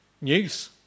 news